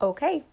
Okay